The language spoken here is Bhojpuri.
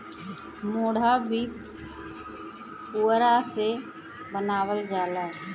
मोढ़ा भी पुअरा से बनावल जाला